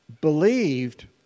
believed